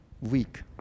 weak